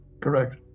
correct